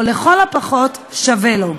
או לכל הפחות שווה לו.